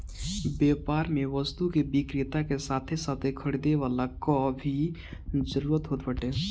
व्यापार में वस्तु के विक्रेता के साथे साथे खरीदे वाला कअ भी जरुरत होत बाटे